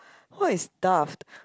what is daft